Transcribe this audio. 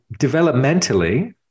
developmentally